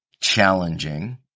challenging